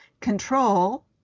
control